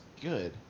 good